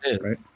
right